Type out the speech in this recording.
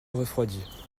refroidit